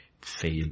fail